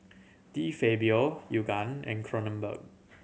De Fabio Yoogane and Kronenbourg